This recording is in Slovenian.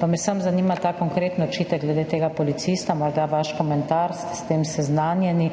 Pa me samo zanima ta konkreten očitek glede tega policista, morda vaš komentar. Ste s tem seznanjeni?